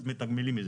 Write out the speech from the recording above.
אז מתגמלים.